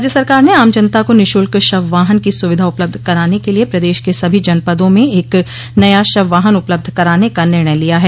राज्य सरकार ने आम जनता को निःशुल्क शव वाहन की सुविधा उपलब्ध कराने के लिए प्रदेश के सभी जनपदों में एक नया शव वाहन उपलब्ध कराने का निर्णय लिया है